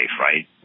right